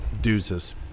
Deuces